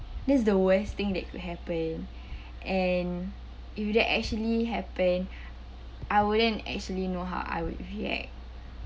this is the worst thing that could happen and if that actually happen I wouldn't actually know how I would react